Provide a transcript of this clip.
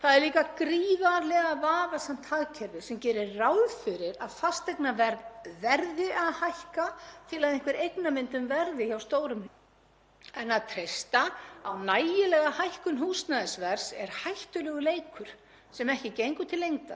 „En að treysta nægilega hækkun húsnæðisverðs er hættulegur leikur sem ekki gengur til lengdar og allra síst kerfislega. Rétt er að muna að slík fjárhagsleg uppbygging kallast spákaupmennskufjármögnun eða jafnvel